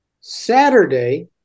Saturday